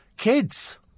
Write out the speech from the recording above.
kids